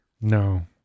no